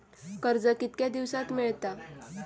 कर्ज कितक्या दिवसात मेळता?